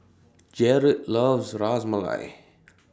Jarod loves Ras Malai